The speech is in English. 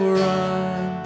run